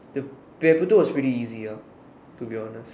pap~ paper two was pretty easy ah to be honest